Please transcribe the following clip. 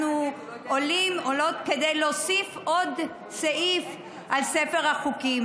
אנחנו עולים ועולות כדי להוסיף עוד סעיף לספר החוקים.